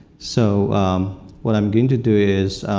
so what i'm going to do is,